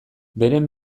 beren